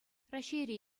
раҫҫейре